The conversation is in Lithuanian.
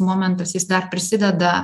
momentas jis dar prisideda